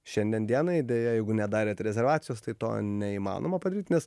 šiandien dienai deja jeigu nedarėt rezervacijos tai to neįmanoma padaryt nes